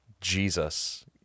Jesus